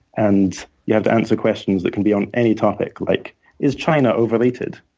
and you have to answer questions that can be on any topic, like is china overrated?